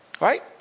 Right